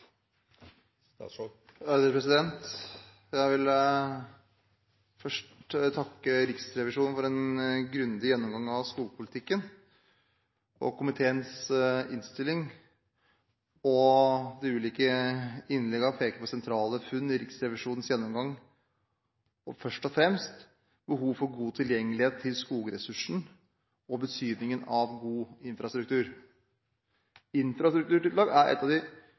Jeg vil først takke Riksrevisjonen for en grundig gjennomgang av skogpolitikken. Komiteens innstilling og de ulike innleggene peker på sentrale funn i Riksrevisjonens gjennomgang, først og fremst behovet for god tilgjengelighet til skogressursen, og betydningen av god infrastruktur. Infrastrukturtiltak er et av de